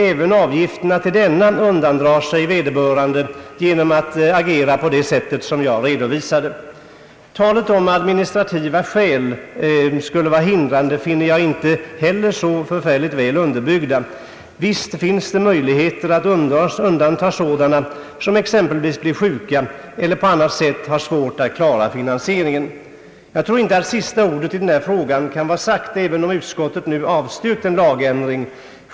Även avgifterna till denna undandrar sig vederbörande genom att agera på det sätt som jag redovisat. Talet om att administrativa skäl skulle vara hindrande finner jag inte särskilt väl underbyggt. Visst finns det möjligheter att undanta exempelvis dem som blir sjuka eller på annat sätt har svårt att klara finansieringen. Jag tror inte att sista ordet i den här frågan kan vara sagt, även om utskottet nu avstyrkt en lagändring.